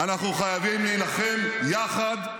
אנחנו חייבים להילחם יחד